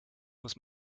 muss